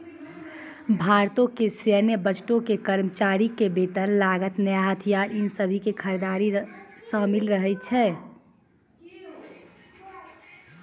भारतो के सैन्य बजटो मे कर्मचारी के वेतन, लागत, नया हथियार इ सभे के खरीद शामिल रहै छै